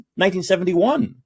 1971